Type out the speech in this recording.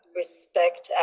respect